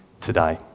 today